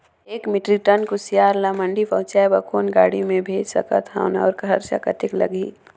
एक metric tonne कुसियार ल मंडी पहुंचाय बर कौन गाड़ी मे भेज सकत हव अउ खरचा कतेक लगही?